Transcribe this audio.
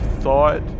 thought